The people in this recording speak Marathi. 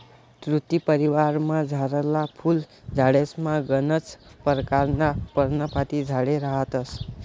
तुती परिवारमझारला फुल झाडेसमा गनच परकारना पर्णपाती झाडे रहातंस